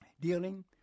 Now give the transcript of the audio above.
dealing